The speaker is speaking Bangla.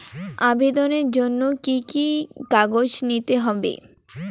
আবেদনের জন্য কি কি কাগজ নিতে হবে?